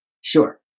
Sure